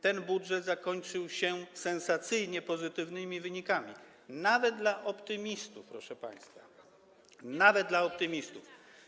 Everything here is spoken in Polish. Ten budżet zakończył się sensacyjnie pozytywnymi wynikami, nawet dla optymistów, proszę państwa - nawet dla optymistów.